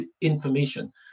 information